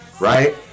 Right